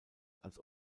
als